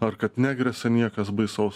ar kad negresia niekas baisaus